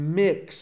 mix